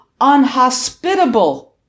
unhospitable